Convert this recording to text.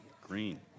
Green